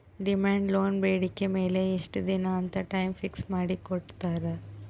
demand loan ಬೇಡಿಕೆ ಮೇಲೆ ಇಷ್ಟ ದಿನ ಅಂತ ಟೈಮ್ ಫಿಕ್ಸ್ ಮಾಡಿ ಕೋಟ್ಟಿರ್ತಾರಾ